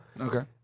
Okay